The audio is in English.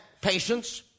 patience